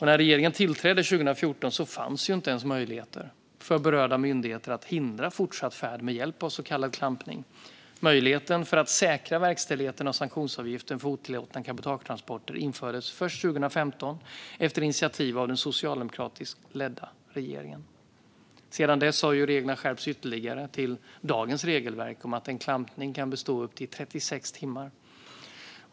När regeringen tillträdde 2014 fanns inte ens möjligheter för berörda myndigheter att hindra fortsatt färd med hjälp av så kallad klampning. Möjligheten, för att säkra verkställigheten av sanktionsavgiften för otillåtna cabotagetransporter, infördes först 2015 efter initiativ av den socialdemokratiskt ledda regeringen. Sedan dess har reglerna skärpts ytterligare till dagens regelverk om att en klampning kan bestå i upp till 36 timmar.